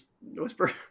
whisper